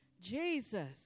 Jesus